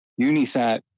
Unisat